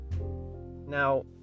now